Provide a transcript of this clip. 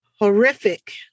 horrific